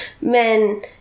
men